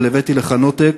אבל הבאתי לכאן עותק.